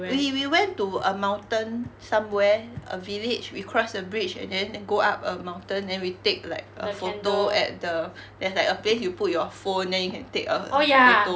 we we went to a mountain somewhere a village we cross a bridge and then go up a mountain then we take like a photo at the there's like a place you put your phone then you can take a photo